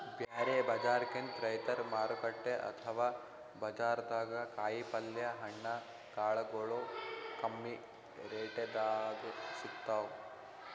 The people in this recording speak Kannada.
ಬ್ಯಾರೆ ಬಜಾರ್ಕಿಂತ್ ರೈತರ್ ಮಾರುಕಟ್ಟೆ ಅಥವಾ ಬಜಾರ್ದಾಗ ಕಾಯಿಪಲ್ಯ ಹಣ್ಣ ಕಾಳಗೊಳು ಕಮ್ಮಿ ರೆಟೆದಾಗ್ ಸಿಗ್ತಾವ್